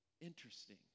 Interesting